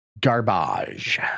garbage